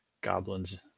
goblins